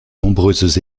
nombreuses